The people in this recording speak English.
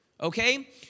Okay